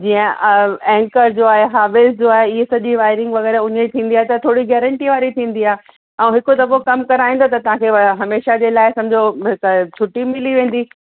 जीअं एंकर जो आहे हेविल्स जो आहे इहो सॼी वाएरिंग वग़ैरह उहा थींदी आहे त थोरी गारैंटी वारी थींदी आहे ऐं हिकु दफ़ो कमु कराईंदा त तव्हांखे हमेशह जे लाइ सम्झो हिकु छुटी मिली वेंदी